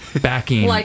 backing-